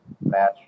match